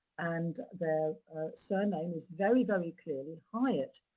and their surname is very, very clearly hyatt.